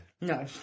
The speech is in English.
No